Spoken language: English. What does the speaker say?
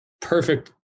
perfect